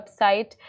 website